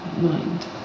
mind